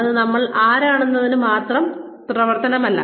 അത് നമ്മൾ ആരാണെന്നതിന്റെ മാത്രം പ്രവർത്തനമല്ല